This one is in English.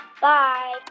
Bye